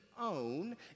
own